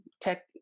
tech